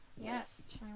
Yes